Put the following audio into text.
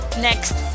next